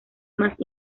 más